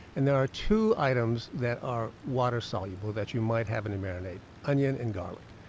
and there are two items that are water soluble that you might have in your marinade onion and garlic.